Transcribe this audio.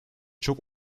çok